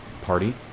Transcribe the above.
party